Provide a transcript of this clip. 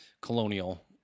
colonial